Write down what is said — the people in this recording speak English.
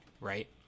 Right